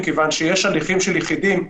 מכיוון שיש הליכים של יחידים,